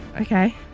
Okay